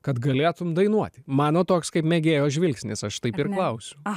kad galėtum dainuoti mano toks kaip mėgėjo žvilgsnis aš taip ir klausiu